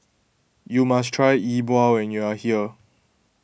you must try E Bua when you are here